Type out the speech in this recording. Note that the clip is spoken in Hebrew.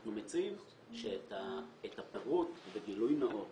אנחנו מציעים שאת הפירוט בגילוי נאות